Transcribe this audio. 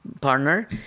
partner